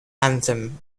anthem